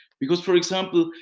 because for example,